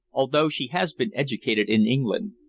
although she has been educated in england.